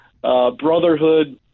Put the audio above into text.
brotherhood